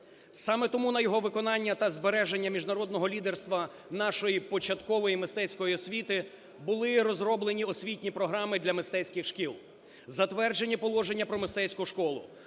Саме тому на його виконання та збереження міжнародного лідерства нашої початкової мистецької освіти були розроблені освітні програми для мистецьких шкіл. Затверджені положення про мистецьку школу,